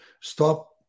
stop